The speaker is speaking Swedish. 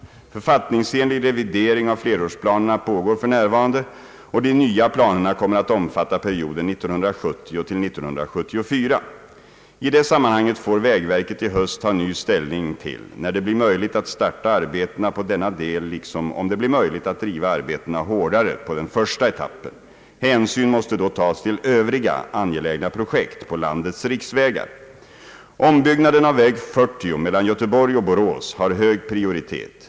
Författningsenlig revidering av flerårsplanerna pågår f. n., och de nya planerna kommer att omfatta perioden 1970— 1974. I det sammanhanget får vägverket i höst ta ny ställning till när det blir möjligt att starta arbetena på denna del liksom om det blir möjligt att driva arbetena hårdare på den första etappen. Hänsyn måste då tas till övriga angelägna projekt på landets riksvägar. Ombyggnaden av väg 40 mellan Göteborg och Borås har hög prioritet.